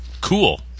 Cool